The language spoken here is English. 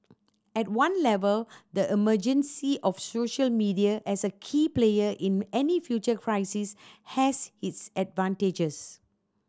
at one level the emergency of social media as a key player in any future crisis has its advantages